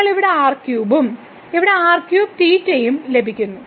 നമ്മൾ ഇവിടെ r3 ഉം ഇവിടെ ഉം ലഭിക്കും